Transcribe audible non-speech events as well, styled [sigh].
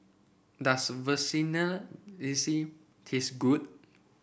does [unintelligible] taste good